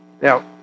Now